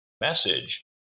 message